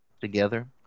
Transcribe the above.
together